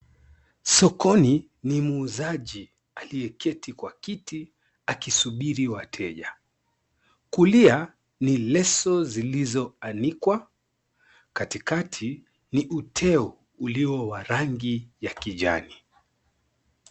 Sokoni ni muuzaji aliyeketi kwa kiti akisubiri wateja. Kulia ni leso zilizoanikwa, katikati ni uteo ulio wa rangi ya kijani.